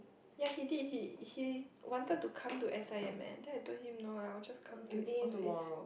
ya he did he he wanted to come to s_i_m eh then I told him no lah I'll just come to his office